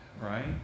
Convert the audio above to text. right